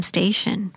Station